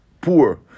poor